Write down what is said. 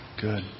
good